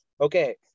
okay